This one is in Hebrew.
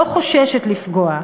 לא חוששת לפגוע.